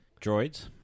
Droids